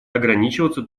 ограничиваться